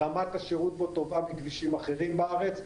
רמת השירות בו טובה מכבישים אחרים בארץ,